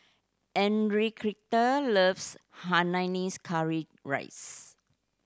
Enriqueta loves Hainanese curry rice